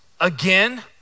again